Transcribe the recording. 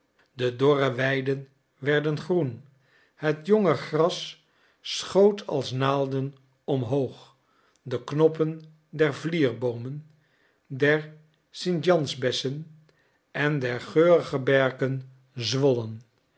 de dorre weiden werden groen het jonge gras schoot als naalden omhoog de knoppen der vlierboomen der st jansbessen en der geurige berken zwollen